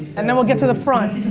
and then we'll get to the front.